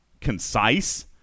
concise